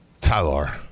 Tyler